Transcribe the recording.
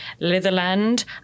Litherland